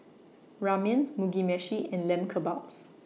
Ramen Mugi Meshi and Lamb Kebabs